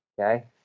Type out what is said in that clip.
okay